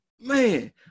man